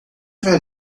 vai